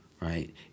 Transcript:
right